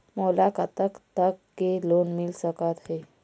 मोला कतेक तक के लोन मिल सकत हे?